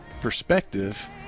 perspective